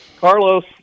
Carlos